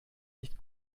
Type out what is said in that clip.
nicht